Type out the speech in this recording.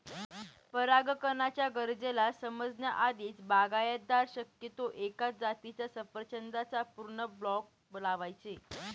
परागकणाच्या गरजेला समजण्या आधीच, बागायतदार शक्यतो एकाच जातीच्या सफरचंदाचा पूर्ण ब्लॉक लावायचे